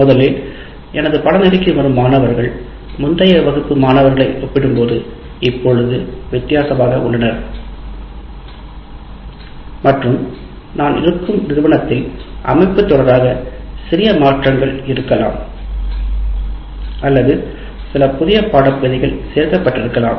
முதலில் எனது பாடநெறிக்கு வரும் மாணவர்கள் முந்தையதை ஒப்பிடும்போது இப்போது வித்தியாசமாக உள்ளனர் மற்றும் நான் இருக்கும் நிறுவனத்தில் அமைப்பு தொடர்பாக சிறிய மாற்றங்கள் இருக்கலாம் அல்லது சில புதிய பாடப்பகுதிகள் சேர்க்கப்பட்டிருக்கலாம்